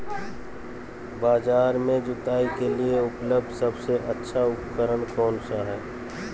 बाजार में जुताई के लिए उपलब्ध सबसे अच्छा उपकरण कौन सा है?